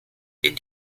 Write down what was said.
den